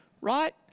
right